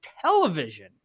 television